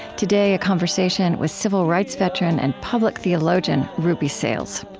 today, a conversation with civil rights veteran and public theologian, ruby sales.